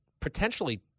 potentially